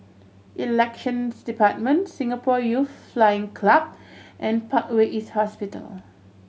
Elections Department Singapore Youth Flying Club and Parkway East Hospital